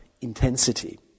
intensity